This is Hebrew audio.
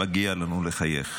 מגיע לנו לחייך.